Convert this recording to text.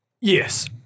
Yes